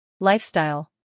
Lifestyle